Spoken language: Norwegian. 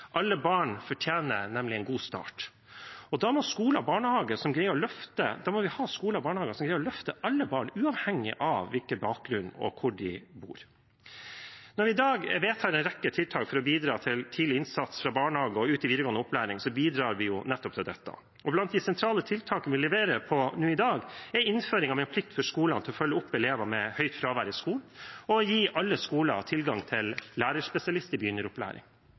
Alle barn fortjener nemlig en god start. Da må vi ha skoler og barnehager som greier å løfte alle barn, uavhengig av hvilken bakgrunn de har, og hvor de bor. Når vi i dag vedtar en rekke tiltak for å bidra til tidlig innsats fra barnehage og ut i videregående opplæring, bidrar vi nettopp til dette. Blant de sentrale tiltakene vi leverer på nå i dag, er innføring av en plikt for skolene til å følge opp elever med høyt fravær, og å gi alle skoler tilgang til